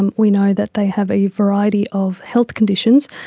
and we know that they have a variety of health conditions,